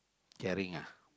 caring ah